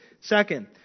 Second